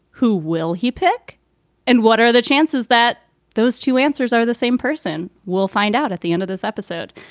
who will he pick and what are the chances that those two answers are the same person? we'll find out at the end of this episode.